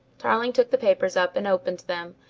tarling took the papers up and opened them,